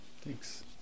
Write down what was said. Thanks